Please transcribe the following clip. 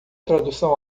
tradução